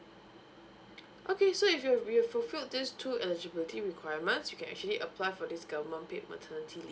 okay so if you've you've fulfilled these two eligibility requirements you can actually apply for this government paid maternity